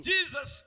Jesus